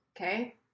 okay